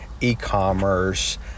e-commerce